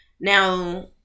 Now